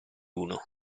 uno